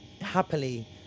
happily